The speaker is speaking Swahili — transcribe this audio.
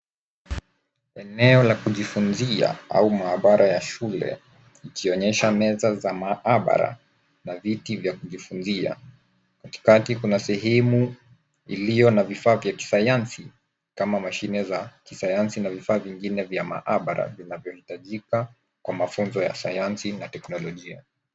Eneo la kujifunzia au maabara ya shule ikionyesha meza za maabara na viti vya kujifunzia. Katikati kuna sehemu iliyo na vifaa vya kisayansi kama mashine za kisayansi na vifaa vingine vya maabara vinavyohitajika kwa mafunzo ya sayansi na teknolojia.